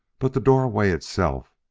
but the doorway itself,